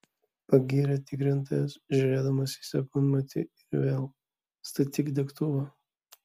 pagyrė tikrintojas žiūrėdamas į sekundmatį ir vėl statyk degtuvą